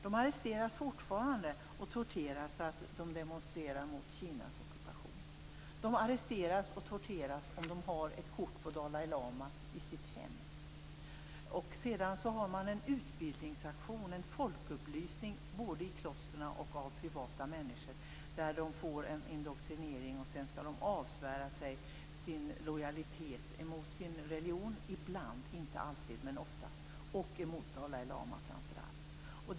De arresteras och torteras fortfarande därför att de demonstrerar mot Kinas ockupation. De arresteras och torteras om de har ett kort på Dalai Dt finns en utbildningsaktion, en folkupplysning i klostren och av privata människor, en indoktrinering där folk skall avsvära sig sin lojalitet mot ibland sin religion, inte alltid men oftast, och framför allt mot Dalai Lama.